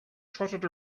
trotted